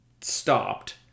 stopped